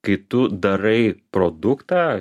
kai tu darai produktą